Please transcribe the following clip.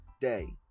day